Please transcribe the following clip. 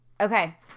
Okay